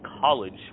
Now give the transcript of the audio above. college